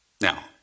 Now